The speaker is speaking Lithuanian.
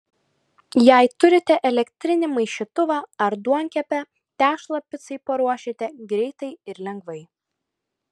jei turite elektrinį maišytuvą ar duonkepę tešlą picai paruošite greitai ir lengvai